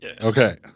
Okay